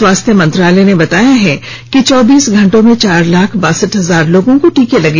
स्वास्थ्य मंत्रालय ने बताया है कि चौबीस घंटे में चार लाख बासठ हजार लोगों का टीकाकरण किया गया